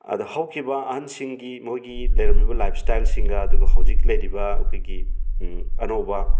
ꯑꯗꯣ ꯍꯧꯈꯤꯕ ꯑꯍꯜꯁꯤꯡꯒꯤ ꯃꯣꯏꯒꯤ ꯂꯩꯔꯝꯂꯤꯕ ꯂꯥꯏꯞ ꯏꯁꯇꯥꯏꯜꯁꯤꯡꯒ ꯑꯗꯨꯒ ꯍꯧꯖꯤꯛ ꯂꯩꯔꯤꯕ ꯑꯩꯈꯣꯏꯒꯤ ꯑꯅꯧꯕ